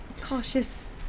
cautious